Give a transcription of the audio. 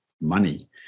money